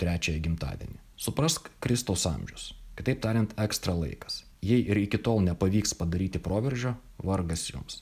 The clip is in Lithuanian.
trečiąjį gimtadienį suprask kristaus amžius kitaip tariant ekstra laikas jei ir iki tol nepavyks padaryti proveržio vargas jums